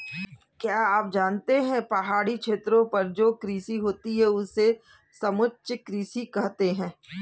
क्या आप जानते है पहाड़ी क्षेत्रों पर जो कृषि होती है उसे समोच्च कृषि कहते है?